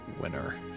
winner